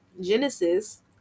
Genesis